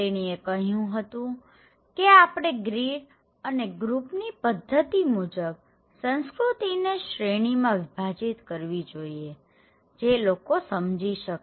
તેણીએ કહ્યું હતું કે આપણે ગ્રીડ અને ગ્રુપ ની પધ્ધતિ મુજબ સંસ્કૃતિને શ્રેણીમાં વિભાજીત કરવી જોઈએ જે લોકો સમજી શકે